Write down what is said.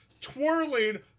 twirling